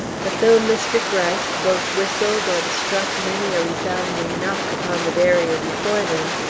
but though mr. gryce both whistled and struck many a resounding knock upon the barrier before them,